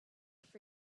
for